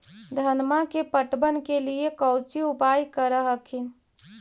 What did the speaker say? धनमा के पटबन के लिये कौची उपाय कर हखिन?